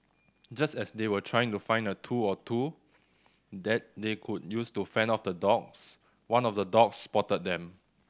just as they were trying to find a tool or two that they could use to fend off the dogs one of the dogs spotted them